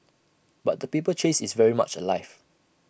but the paper chase is very much alive